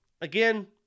Again